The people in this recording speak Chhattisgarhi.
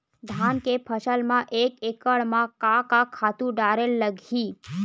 धान के फसल म एक एकड़ म का का खातु डारेल लगही?